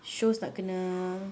shows nak kena